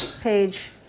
page